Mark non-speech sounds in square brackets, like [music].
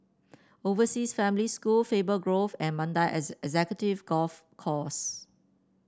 Overseas Family School Faber Grove and Mandai [unintelligible] Executive Golf Course